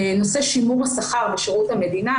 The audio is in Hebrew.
נושא שימור השכר בשירות המדינה.